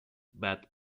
bad